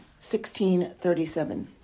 1637